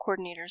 coordinators